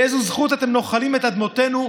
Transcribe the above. באיזו זכות אתם נוחלים את אדמותינו?